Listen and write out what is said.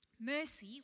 mercy